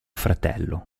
fratello